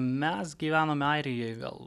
mes gyvenome airijoje gal